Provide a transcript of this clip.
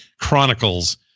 chronicles